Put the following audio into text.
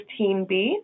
15B